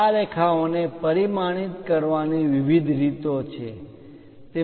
આ રેખાઓ ને પરિમાણિત કરવાની વિવિધ રીતો છે